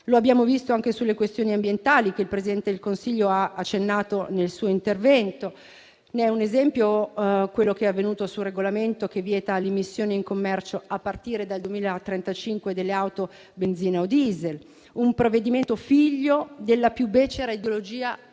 Lo abbiamo visto anche sulle questioni ambientali, cui il Presidente del Consiglio ha accennato nel suo intervento: ne è un esempio quello che è avvenuto sul regolamento che vieta l'immissione in commercio, a partire dal 2035, delle auto a benzina o diesel, un provvedimento figlio della più becera ideologia